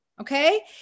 okay